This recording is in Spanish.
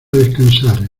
descansar